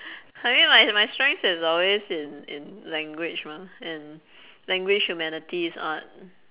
I mean my my strengths is always in in language mah and language humanities art